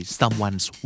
someone's